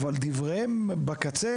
אבל בקצה,